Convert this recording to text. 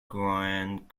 grand